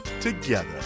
together